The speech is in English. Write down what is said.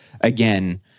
again